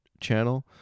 channel